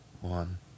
one